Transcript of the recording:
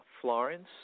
Florence